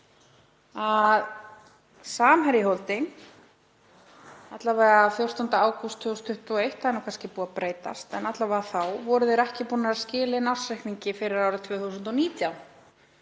Samherji Holding, alla vega 14. ágúst 2021, það er kannski búið að breytast en alla vega voru þeir ekki búnir að skila þá inn ársreikningi fyrir árið 2019